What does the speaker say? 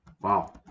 Wow